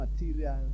material